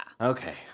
Okay